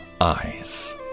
eyes